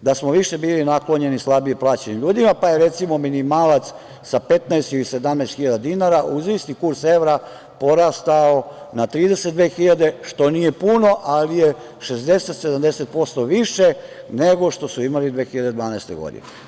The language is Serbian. Više smo bili naklonjeni slabije plaćenim ljudima, pa je, recimo, minimalac sa 15 ili 17 hiljada dinara, uz isti kurs evra, porastao na 32 hiljade, što nije puno ali je 60 ili 70% više nego što su imali 2012. godine.